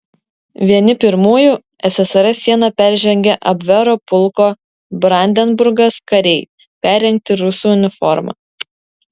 vieni pirmųjų ssrs sieną peržengė abvero pulko brandenburgas kariai perrengti rusų uniforma